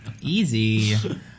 Easy